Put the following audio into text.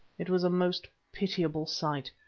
it was a most pitiable sight,